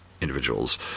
individuals